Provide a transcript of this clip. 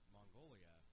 Mongolia